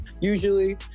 usually